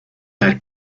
had